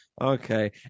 okay